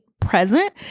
present